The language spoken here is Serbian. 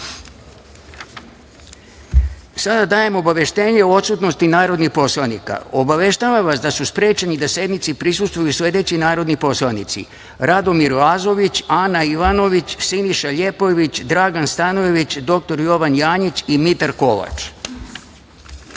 dajem obaveštenje o odsutnosti narodnih poslanika. Obaveštavam vas da su, sprečeni da sednici prisustvuju sledeći narodni poslanici; Radomir Lazović, Ana Ivanović, Siniša Ljepojević, Dragan Stanojević, dr Jovan Janjić i Mitar Kovač. Sada